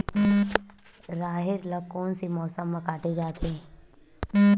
राहेर ल कोन से मौसम म काटे जाथे?